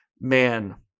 Man